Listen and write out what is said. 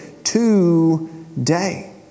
Today